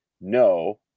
no